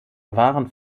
waren